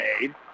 made